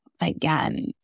again